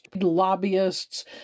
lobbyists